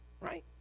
Right